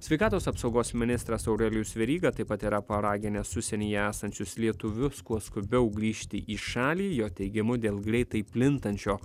sveikatos apsaugos ministras aurelijus veryga taip pat yra paraginęs užsienyje esančius lietuvius kuo skubiau grįžti į šalį jo teigimu dėl greitai plintančio